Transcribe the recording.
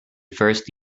first